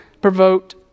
provoked